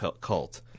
cult